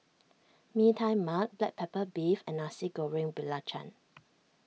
Mee Tai Mak Black Pepper Beef and Nasi Goreng Belacan